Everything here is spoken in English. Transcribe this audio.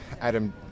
Adam